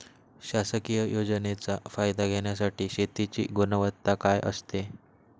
शासकीय योजनेचा फायदा घेण्यासाठी शेतीची गुणवत्ता काय असते?